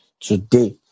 today